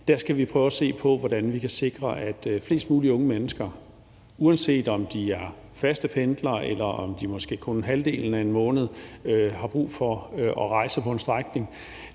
skal prøve at se på, hvordan vi kan sikre, at flest muligt unge mennesker, uanset om de er faste pendlere, eller om de måske kun halvdelen af en måned har brug for at rejse på en strækning,